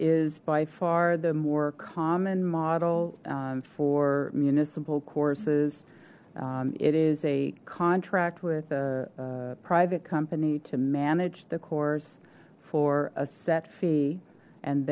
is by far the more common model for municipal courses it is a contract with a private company to manage the course for a set fee and